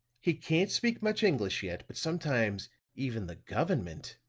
he can't speak much english yet, but sometimes even the government,